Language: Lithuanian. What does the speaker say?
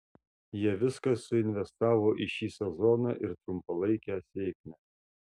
jie viską suinvestavo į šį sezoną ir trumpalaikę sėkmę